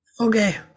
Okay